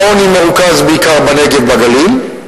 העוני מרוכז בעיקר בנגב, בגליל,